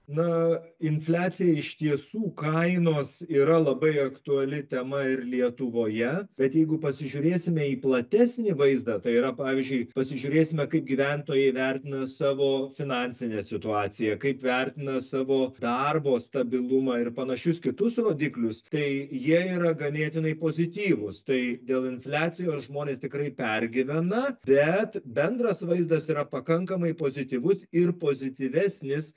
na infliacija iš tiesų kainos yra labai aktuali tema ir lietuvoje bet jeigu pasižiūrėsime į platesnį vaizdą tai yra pavyzdžiui pasižiūrėsime kaip gyventojai vertina savo finansinę situaciją kaip vertina savo darbo stabilumą ir panašius kitus rodiklius tai jie yra ganėtinai pozityvūs tai dėl infliacijos žmonės tikrai pergyvena bet bendras vaizdas yra pakankamai pozityvus ir pozityvesnis